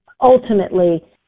ultimately